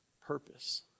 purpose